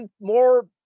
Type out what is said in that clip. more